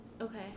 Okay